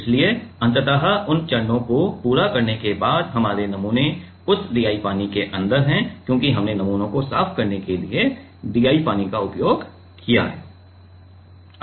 इसलिए अंततः उन चरणों को पूरा करने के बाद हमारे नमूने उस DI पानी के अंदर हैं क्योंकि हमने नमूने को साफ करने के लिए DI पानी का उपयोग किया है